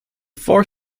four